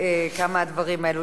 כמה הדברים האלו,